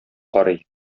карый